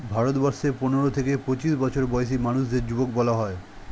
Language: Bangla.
ভারতবর্ষে পনেরো থেকে পঁচিশ বছর বয়সী মানুষদের যুবক বলা হয়